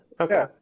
okay